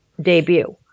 debut